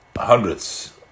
Hundreds